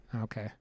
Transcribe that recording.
okay